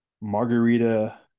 margarita